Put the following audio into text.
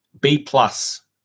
B-plus